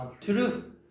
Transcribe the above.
True